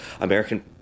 American